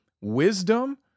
wisdom